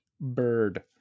bird